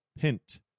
Pint